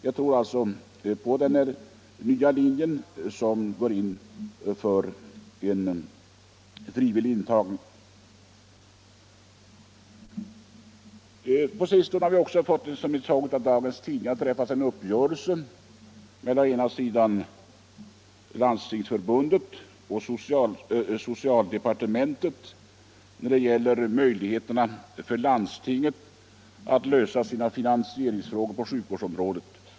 Jag tror emellertid på den nya linje som innebär frivillig intagning. Som framgår av dagens tidningar har en uppgörelse träffats mellan Landstingsförbundet och socialdepartementet om landstingens möjligheter att lösa sina finansieringsproblem på sjukvårdsområdet.